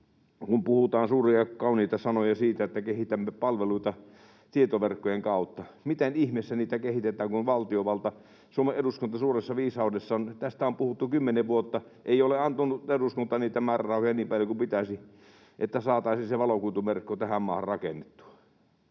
kun puhutaan suuria ja kauniita sanoja siitä, että kehitämme palveluita tietoverkkojen kautta. Miten ihmeessä niitä kehitetään, kun valtiovalta, Suomen eduskunta suuressa viisaudessaan — tästä on puhuttu kymmenen vuotta — ei ole antanut niitä määrärahoja niin paljon kuin pitäisi, että saataisiin se valokuituverkko tähän maahan rakennettua?